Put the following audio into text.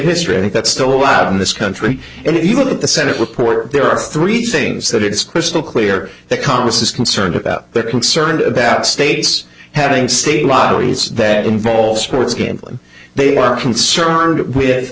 history i think that's still alive in this country if you look at the senate report there are three things that it's crystal clear that congress is concerned about they're concerned about states having state lotteries that involve sports gambling they are concerned with